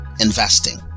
investing